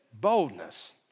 boldness